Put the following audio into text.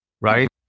Right